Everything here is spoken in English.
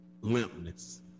Limpness